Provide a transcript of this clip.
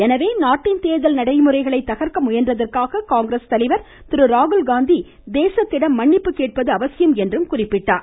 எனவே நாட்டின் தேர்தல் நடைமுறைகளை தகர்க்க முயன்றதற்காக காங்கிரஸ் தலைவர் திரு ராகுல்காந்தி தேசத்திடம் மன்னிப்பு கேட்பது அவசியம் என்றும் அவர் கூறினார்